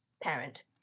parent